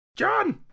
John